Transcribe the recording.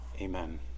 Amen